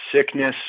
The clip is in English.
sickness